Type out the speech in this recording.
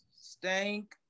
stank